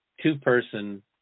two-person